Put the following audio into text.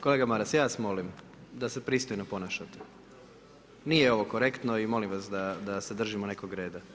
Kolega Maras ja vas molim da se pristojno ponašate, nije ovo korektno i molim vas da se držimo nekog reda.